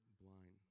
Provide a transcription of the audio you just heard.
blind